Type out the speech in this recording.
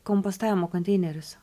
kompostavimo konteinerius